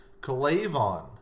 Calavon